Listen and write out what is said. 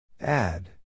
Add